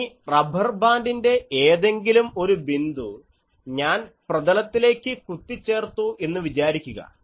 ഇനി റബർബാൻഡിൻറെ ഏതെങ്കിലും ഒരു ബിന്ദു ഞാൻ പ്രതലത്തിലേക്ക് കുത്തി ചേർത്തു എന്ന് വിചാരിക്കുക